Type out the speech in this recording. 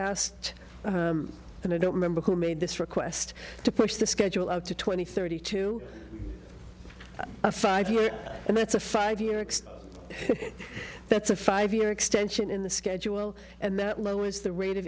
asked and i don't remember who made this request to push the schedule out to twenty thirty two a five year and that's a five year that's a five year extension in the schedule and that lowers the rate of